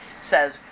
says